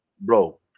bro